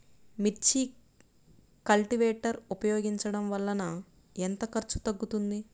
మిర్చి కల్టీవేటర్ ఉపయోగించటం వలన ఎంత ఖర్చు తగ్గుతుంది?